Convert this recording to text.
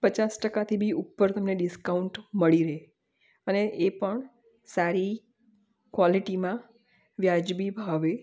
પચાસ ટકાથી બી ઉપર તમને ડિસ્કાઉન્ટ મળી રહે અને એ પણ સારી ક્વોલિટીમાં વ્યાજબી ભાવે